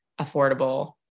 affordable